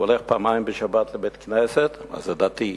הוא הולך פעמיים בשבת לבית-כנסת, אז הוא דתי.